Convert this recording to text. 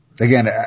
Again